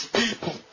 people